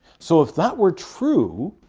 so if that were true,